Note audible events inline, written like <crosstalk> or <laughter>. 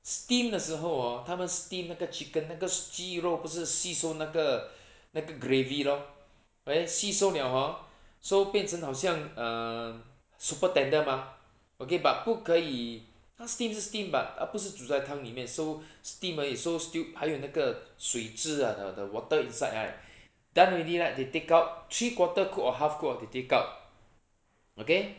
steam 的时候 hor 他们 steam 那个 chicken 那个鸡肉不是吸收那个 <breath> 那个 gravy lor okay 吸收了 hor <breath> so 变成好像 um super tender mah okay but 不可以他 steam 是 steam but 他不是煮在汤里面 so <breath> steam 而已 so stil~ 还有那个水质啊 the the water inside right <breath> done already right they take out three quarter cook or half cook hor they take out okay